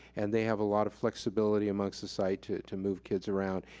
and they have a lot of flexibility amongst the site to to move kids around.